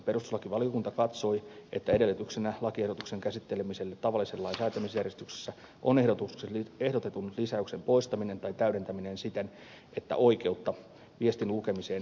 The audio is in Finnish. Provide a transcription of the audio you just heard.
perustuslakivaliokunta katsoi että edellytyksenä lakiehdotuksen käsittelemiselle tavallisen lain säätämisjärjestyksessä on ehdotetun lisäyksen poistaminen tai täydentäminen siten että oikeutta viestin lukemiseen rajoitetaan olennaisesti